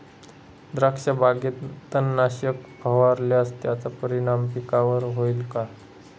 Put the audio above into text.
द्राक्षबागेत तणनाशक फवारल्यास त्याचा परिणाम पिकावर होईल का?